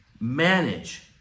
Manage